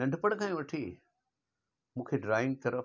नंढपण खां ई वठी मूंखे ड्रॉइंग तरफ़